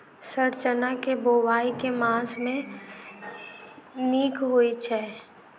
Sir चना केँ बोवाई केँ मास मे नीक होइ छैय?